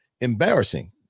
embarrassing